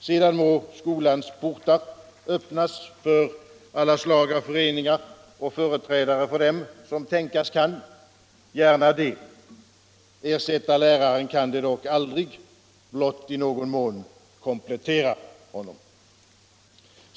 Sedan må skolans portar öppnas för alla slags föreningar och företrädare för dem som tänkas kan, gärna det, men ersätta läraren kan de aldrig, blott i någon mån komplettera honom.